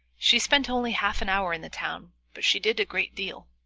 she spent only half an hour in the town but she did a great deal.